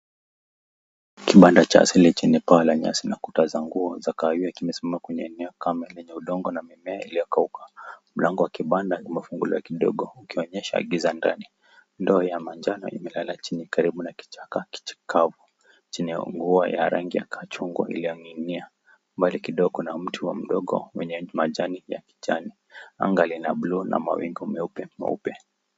Kibanda cha asili chenye paa la nyasi na kuta za nguo za kahawia kimesimama kwenye eneo kama ile yenye udongo na mimea iliyo kauka, mlango wa kibanda imefunguliwa kidogo ukionyesha giza ndani, ndoo ya manjano imelala chini karibu na kichaka kikavu chenye nguo ya rangi yakaa chungwa iliyoning'inia mbali kidogo, kuna mti wa udongo yenye majani ya kijani anga lina bluu na mawingu meupe meupe.